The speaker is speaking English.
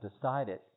decided